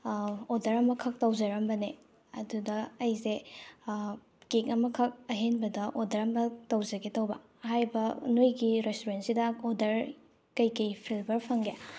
order ꯑꯃꯈꯛ ꯇꯧꯖꯔꯝꯕꯅꯦ ꯑꯗꯨꯗ ꯑꯩꯁꯦ ꯀꯦꯛ ꯑꯃꯈꯛ ꯑꯍꯦꯟꯕꯗ ꯑꯣꯗꯔ ꯑꯃ ꯇꯧꯖꯒꯦ ꯇꯧꯕ ꯍꯥꯏꯔꯤꯕ ꯅꯣꯏꯒꯤ ꯔꯦꯁꯇꯨꯔꯦꯟꯁꯤꯗ ꯑꯣꯗꯔ ꯀꯩ ꯀꯩ ꯐ꯭ꯂꯦꯕꯔ ꯐꯪꯒꯦ